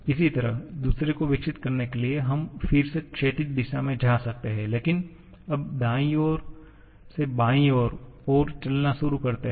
इसी तरह दूसरे को विकसित करने के लिए हम फिर से क्षैतिज दिशा में जा सकते हैं लेकिन अब दाईं ओर से बाईं ओर चलना शुरू करते हैं